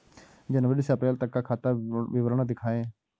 जनवरी से अप्रैल तक का खाता विवरण दिखाए?